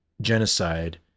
genocide